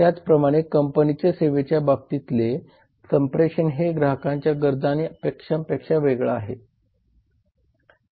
त्याचप्रमाणे कंपनीचे सेवेच्या बाबतीतले संप्रेषण हे ग्राहकांच्या गरजा आणि अपेक्षांपेक्षा वेगळा आहे